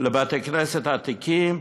לבתי-כנסת עתיקים,